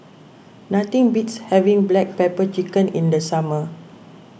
nothing beats having Black Pepper Chicken in the summer